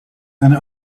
and